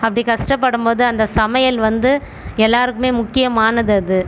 அப்படி கஷ்டப்படும் போது அந்த சமையல் வந்து எல்லோருக்குமே முக்கியமானது அது